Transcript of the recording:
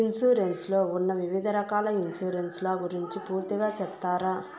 Insurance లో ఉన్న వివిధ రకాల ఇన్సూరెన్సు ల గురించి పూర్తిగా సెప్తారా?